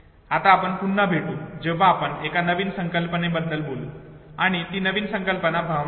जेव्हा आपण पुन्हा भेटू तेव्हा आपण एका नवीन संकल्पनेबद्दल बोलू आणि ती नवीन संकल्पना भावना असेल